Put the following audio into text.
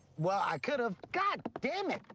well, i could've. goddamn it!